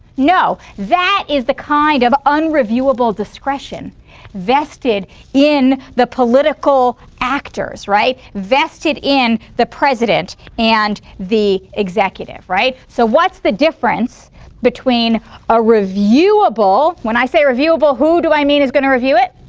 no. that is the kind of unreviewable discretion vested in the political actors, right? vested in the president and the executive, right? so what's the difference between a reviewable when i say reviewable, who do i mean is going to review it,